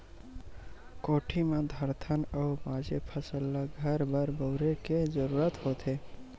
कोठी म धरथन अउ बाचे फसल ल घर बर बउरे के जरूरत होथे